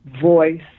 voice